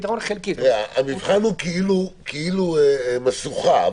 המבחן הוא כאילו משוכה,